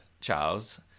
Charles